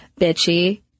bitchy